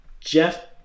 Jeff